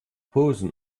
posen